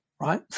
right